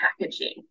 packaging